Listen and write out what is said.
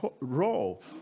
role